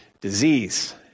disease